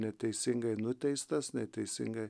neteisingai nuteistas neteisingai